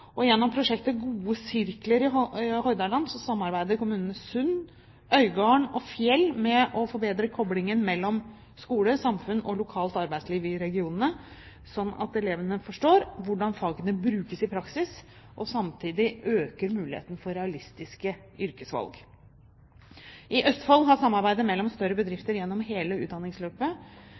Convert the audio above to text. Gjennom prosjektet Gode Sirklar i Hordaland samarbeider kommunene Sund, Øygarden og Fjell med å forbedre koplingen mellom skole, samfunn og lokalt arbeidsliv i regionene – slik at elevene forstår hvordan fagene brukes i praksis – og samtidig øke muligheten for realistiske yrkesvalg. I Østfold har samarbeidet mellom større bedrifter gjennom hele